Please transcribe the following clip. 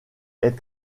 est